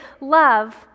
love